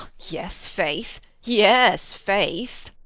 yes, faith yes, faith.